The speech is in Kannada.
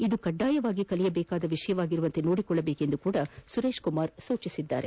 ಇದು ಕಡ್ಡಾಯವಾಗಿ ಕಲಿಯಬೇಕಾದ ವಿಷಯವಾಗಿರುವಂತೆ ನೋಡಿಕೊಳ್ಳಬೇಕೆಂದು ಸುರೇಶ್ ಕುಮಾರ್ ಸೂಚನೆ ನೀಡಿದರು